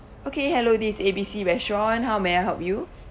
okay hello this is A B C restaurant how may I help you